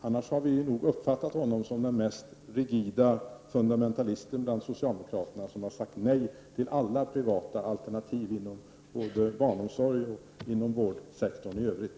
Annars har vi nog uppfattat honom som den mest rigida fundamentalisten bland socialdemokraterna, den som har sagt nej till alla privata alternativ inom både barnomsorg och vårdsektorn i övrigt.